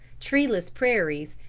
treeless prairies,